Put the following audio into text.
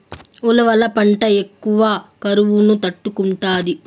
ఉలవల పంట ఎక్కువ కరువును తట్టుకుంటాది